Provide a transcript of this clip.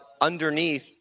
underneath